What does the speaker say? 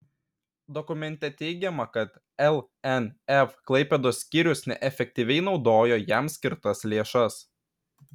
dokumente teigiama kad lnf klaipėdos skyrius neefektyviai naudojo jam skirtas lėšas